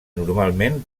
normalment